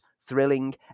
thrilling